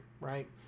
right